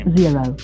zero